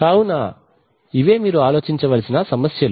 కావున ఇవే మీరు ఆలోచించవలసిన సమస్యలు